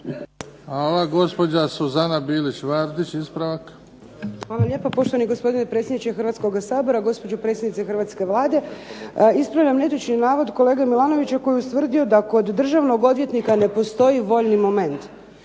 ispravak. **Bilić Vardić, Suzana (HDZ)** Hvala lijepa, poštovani gospodine predsjedniče Hrvatskoga sabora. Gospođo predsjednice hrvatske Vlade. Ispravljam netočni navod kolege Milanovića koji je ustvrdio da kod državnog odvjetnika ne postoji voljni moment.